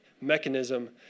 mechanism